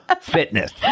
fitness